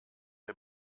der